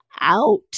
out